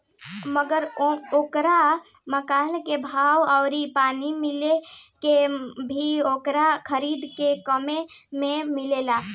मगर ओकरा मकान के भाव अउरी पानी मिला के भी ओकरा खरीद से कम्मे मे बिकल बा